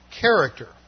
character